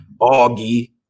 Augie